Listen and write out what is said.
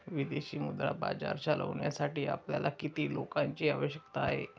विदेशी मुद्रा बाजार चालविण्यासाठी आपल्याला किती लोकांची आवश्यकता आहे?